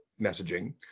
messaging